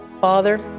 Father